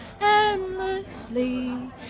endlessly